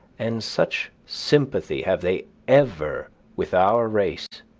and such sympathy have they ever with our race,